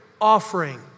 offering